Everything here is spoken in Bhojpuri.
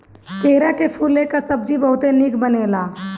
केरा के फूले कअ सब्जी बहुते निक बनेला